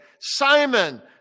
Simon